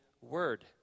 Word